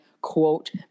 quote